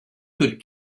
could